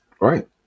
Right